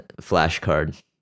flashcard